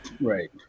Right